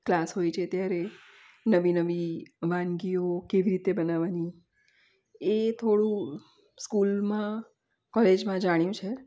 class હોય છે ત્યારે નવી નવી વાનગીઓ કેવી રીતે બનાવવાની એ થોડું સ્કૂલમાં કોલેજમાં જાણ્યું છે